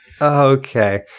Okay